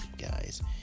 guys